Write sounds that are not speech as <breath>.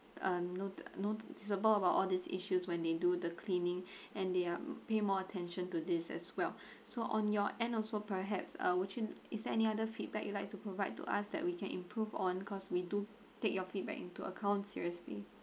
um not~ noticeable about all these issues when they do the cleaning <breath> and they are pay more attention to this as well so on your end also perhaps uh would you is there any other feedback you like to provide to us that we can improve on cause we do take your feedback into account seriously